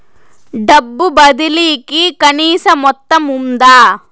డబ్బు బదిలీ కి కనీస మొత్తం ఉందా?